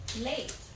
Late